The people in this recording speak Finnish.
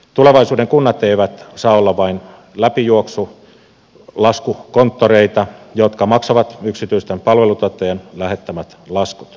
tulevaisuuden kunnat eivät saa olla vain laskujen läpijuoksukonttoreita jotka maksavat yksityisten palveluntuottajien lähettämät laskut